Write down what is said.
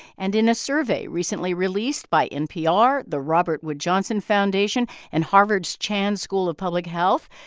and in a survey recently released by npr, the robert wood johnson foundation and harvard's chan school of public health,